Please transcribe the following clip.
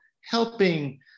helping